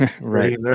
right